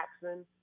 Jackson